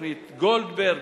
תוכנית גולדברג,